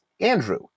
Andrew